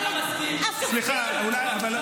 אבל השופטים --- שמחה --- סליחה,